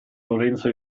lorenzo